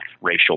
racial